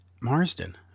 Marsden